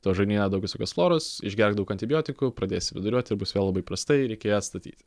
tavo žarnyne daug visokios floros išgerk daug antibiotikų pradėsi viduriuot ir bus vėl labai prastai reikia ją atstatyti